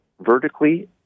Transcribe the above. vertically